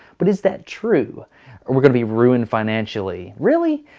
but is that true? and we're gonna be ruined financially. really?